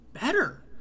better